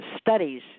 studies